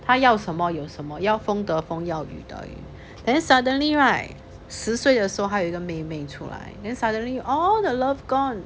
他要什么有什么要风得风要雨得雨 then suddenly right 十岁的时候他有一个妹妹出来 then suddenly all the love gone